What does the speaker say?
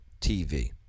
TV